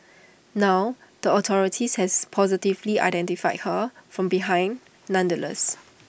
now the authorities has positively identified her from behind nonetheless